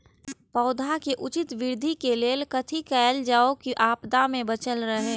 पौधा के उचित वृद्धि के लेल कथि कायल जाओ की आपदा में बचल रहे?